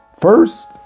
First